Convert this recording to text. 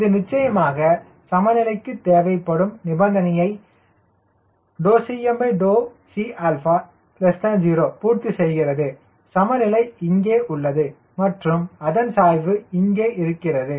இது நிச்சயமாக சமநிலைக்கு தேவைப்படும் நிபந்தனையை CmCa0 பூர்த்தி செய்கிறது சமநிலை இங்கே உள்ளது மற்றும் அதன் சாய்வு இங்கிருக்கிறது